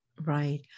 Right